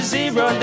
Zero